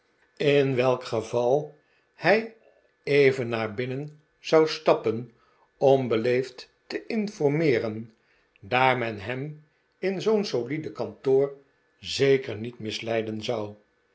in welk geval hij even m maarten chuzzlewit naar binnen zou stappen om beleefd te informeeren daar men hem in zoo'n solide kantoor zeker niet misleiden zou